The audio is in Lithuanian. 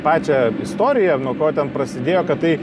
pačią istoriją nuo ko ten prasidėjo kad tai